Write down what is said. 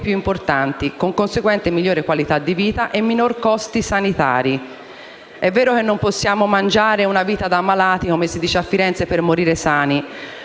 più importanti, con conseguente migliore qualità di vita e minori costi sanitari. È vero che non possiamo mangiare una vita da malati, come si dice a Firenze, per morire sani,